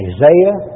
Isaiah